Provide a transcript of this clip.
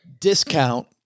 discount